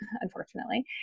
unfortunately